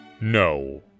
No